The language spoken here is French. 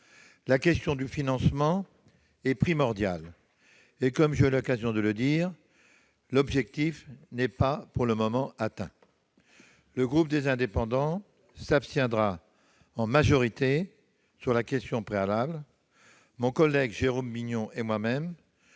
La question du financement est primordiale et, comme j'ai eu l'occasion de le dire, l'objectif n'est pour le moment pas atteint. Le groupe Les Indépendants s'abstiendra en majorité sur cette question préalable. Mon collègue Jérôme Bignon et moi-même